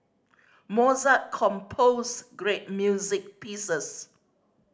Mozart composed great music pieces